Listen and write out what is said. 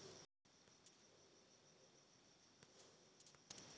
छालक रेशा लचै बला होइ छै, अय मे गिरह नै रहै छै